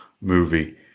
movie